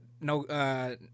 no